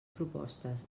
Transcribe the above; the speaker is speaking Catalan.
propostes